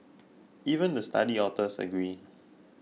even the study authors agreed